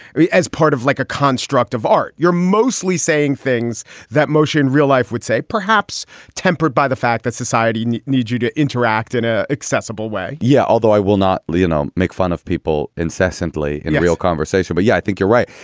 as part of like a construct of art, you're mostly saying things that motion real life would say, perhaps tempered by the fact that society needs you to interact in a accessible way yeah, although i will not liano make fun of people incessantly in real conversation. but yeah, i think you're right.